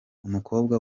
umukobwa